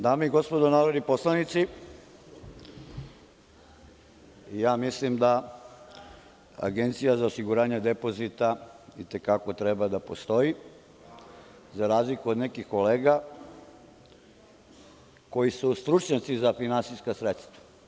Dame i gospodo narodni poslanici, mislim da Agencija za osiguranje depozita i te kako treba da postoji, za razliku od nekih kolega, koji su stručnjaci za finansijska sredstva.